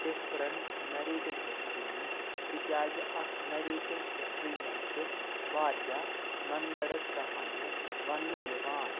different narrated history نِش تِکیٛازِ اتھ نریٹِڈ ہسٹری منٛز چھ واریاہ من گڑت کہانیہِ وننہٕ یِوان